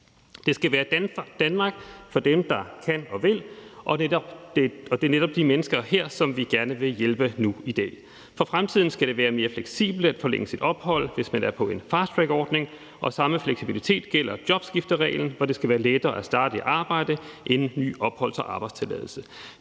Det skal være et Danmark for dem, der kan og vil, og det er netop de mennesker, som vi gerne vil hjælpe nu i dag. For fremtiden skal det være mere fleksibelt at forlænge sit ophold, hvis man er på en fasttrackordning, og samme fleksibilitet skal gælde for jobskiftereglen, hvorefterdet skal være lettere at starte i arbejde, inden man får en ny opholds- og arbejdstilladelse.